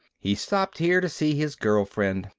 he stopped here to see his girlfriend.